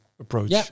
Approach